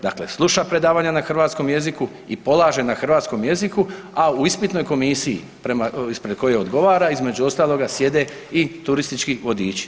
Dakle sluša predavanja na hrvatskom jeziku i polaže na hrvatskom jeziku a u ispitnoj komisiji ispred koje odgovara, između ostaloga sjede i turistički vodiči.